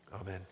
Amen